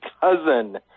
cousin